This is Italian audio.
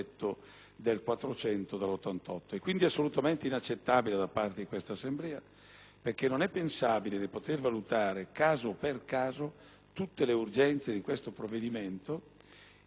perché non è pensabile di poter valutare caso per caso tutte le urgenze di questo provvedimento e soprattutto perché, se questo Governo avesse voluto affrontare anche solo un problema di questo Paese